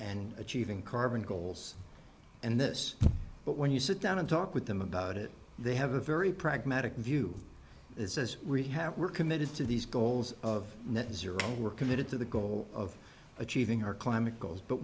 and achieving carbon goals and this but when you sit down and talk with them about it they have a very pragmatic view it says we have we're committed to these goals of net zero we're committed to the goal of achieving our climate goals but